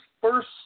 first